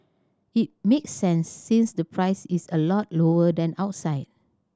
it makes sense since the price is a lot lower than outside